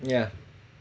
yeah